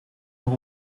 nog